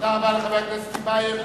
תודה רבה לחבר הכנסת טיבייב.